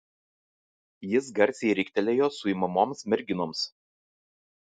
jis garsiai riktelėjo suimamoms merginoms